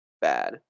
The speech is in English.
bad